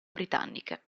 britanniche